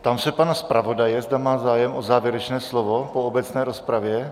Ptám se pana zpravodaje, zda má zájem o závěrečné slovo po obecné rozpravě.